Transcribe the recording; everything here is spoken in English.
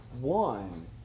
one